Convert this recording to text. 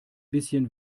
bisschen